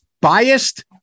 biased